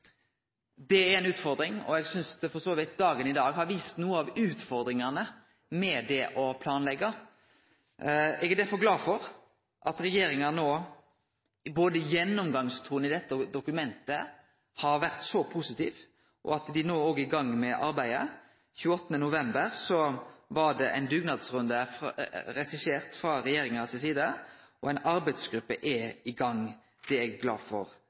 å planleggje ein veg i vårt land, og når dei ni åra har gått, skal me gå i gang med å byggje vegen. Det er ei utfordring, og eg synest for så vidt dagen i dag har vist nokre av utfordringane med det å planleggje. Eg er derfor glad for at regjeringa no i gjennomgangstonen i samband med dette dokumentet har vore så positiv, og at dei no er i gang med arbeidet. 28. november var det ein dugnadsrunde regissert av regjeringa, og